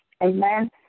Amen